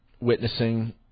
witnessing